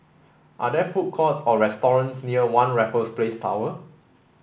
are there food courts or restaurants near One Raffles Place Tower